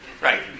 Right